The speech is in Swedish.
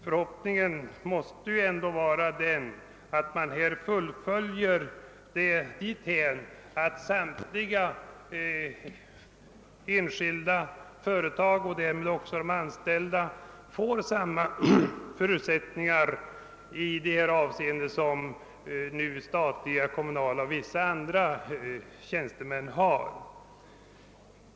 Förhoppningen måste vara att man fullföljer detta lagstiftningsarbete dithän, att samtliga enskilda företag och därmed också de anställda i dessa företag får samma förutsättningar i detta av seende som statliga, kommunala och vissa andra tjänstemän nu har.